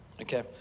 Okay